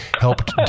helped